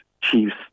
chiefs